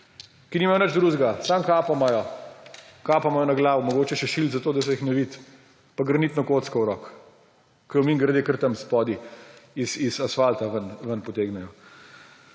ki nimajo nič drugega, samo kapo imajo na glavi, mogoče še šilt, da se jih ne vidi, pa granitno kocko v roki, ki jo mimogrede kar tam spodaj iz asfalta ven potegnejo.